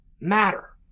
matter